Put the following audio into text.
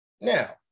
Now